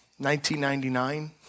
1999